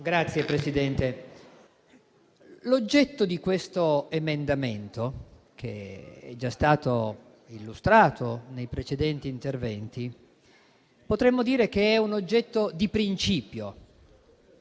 Signor Presidente, l'oggetto di questo emendamento, che è già stato illustrato nei precedenti interventi, potremmo dire che è un oggetto di principio.